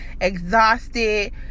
exhausted